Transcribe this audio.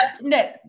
no